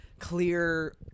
clear